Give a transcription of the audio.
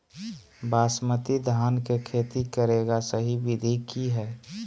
बासमती धान के खेती करेगा सही विधि की हय?